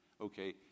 Okay